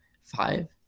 five